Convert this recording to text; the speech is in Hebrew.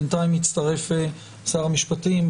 בינתיים הצטרף שר המשפטים.